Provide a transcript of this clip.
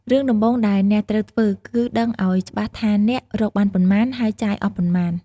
រឿងដំបូងដែលអ្នកត្រូវធ្វើគឺដឹងឱ្យច្បាស់ថាអ្នករកបានប៉ុន្មាន ហើយចាយអស់ប៉ុន្មាន។